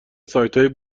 سایتهای